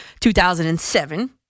2007